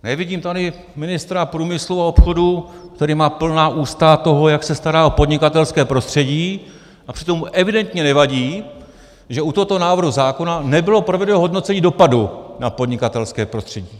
Nevidím tady ministra průmyslu a obchodu, který má plná ústa toho, jak se stará o podnikatelské prostředí, přitom mu evidentně nevadí, že u tohoto návrhu zákona nebylo provedeno hodnocení dopadu na podnikatelské prostředí.